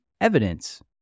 evidence